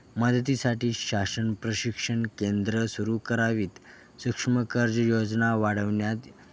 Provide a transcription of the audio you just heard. मदतीसाठी शासन प्रशिक्षण केंद्र सुरू करावीत सूक्ष्म कर्ज योजना वाढवण्यात